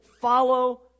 follow